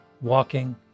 walking